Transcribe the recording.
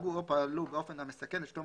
התנהגו או פעלו באופן המסכן את שלום